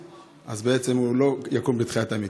אז בעצם הוא לא יקום בתחיית המתים.